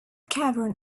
caravan